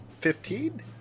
Fifteen